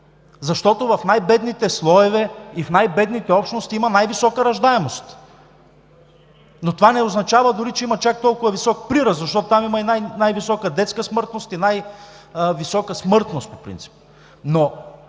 защото в най-бедните слоеве и в най-бедните общности има най-висока раждаемост. Но това не означава дори, че има чак толкова висок прираст, защото там има и най-висока детска смъртност и най висока смъртност по принцип.